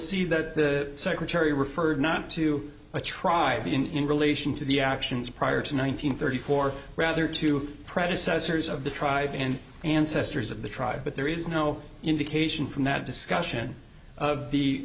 see that the secretary referred not to a tribe in relation to the actions prior to nine hundred thirty four rather two predecessors of the tribe and ancestors of the tribe but there is no indication from that discussion of the